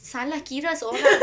salah kira seorang